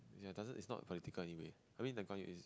ya doesn't it's not political anyway I mean Lee Kuan Yew is